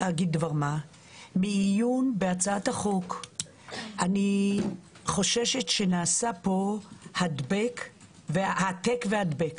מעיון בהצעת החוק אני חוששת שנעשה פה העתק-הדבק